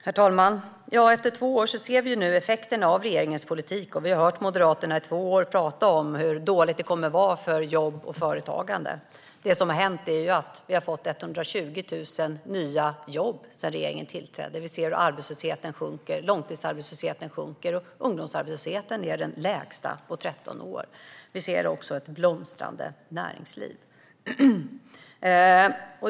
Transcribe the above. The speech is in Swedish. Herr talman! Efter två år ser vi nu effekterna av regeringens politik. Vi har hört Moderaterna i två år tala om hur dåligt det kommer att vara för jobb och företagande. Det som har hänt är att vi har fått 120 000 nya jobb sedan regeringen tillträdde. Vi ser hur arbetslösheten sjunker. Långtidsarbetslösheten sjunker, och ungdomsarbetslösheten är den lägsta på 13 år. Vi ser också ett blomstrande näringsliv.